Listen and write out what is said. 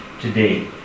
today